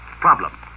Problem